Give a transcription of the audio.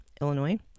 Illinois